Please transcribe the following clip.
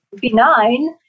benign